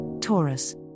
Taurus